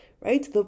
right